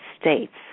states